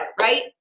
right